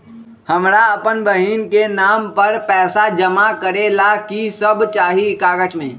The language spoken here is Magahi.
हमरा अपन बहन के नाम पर पैसा जमा करे ला कि सब चाहि कागज मे?